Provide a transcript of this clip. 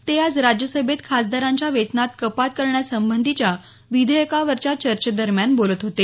ते आज राज्यसभेत खासदारांच्या वेतनात कपात करण्यासंबंधीच्या विधेयकावरच्या चर्चेदरम्यान बोलत होते